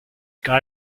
got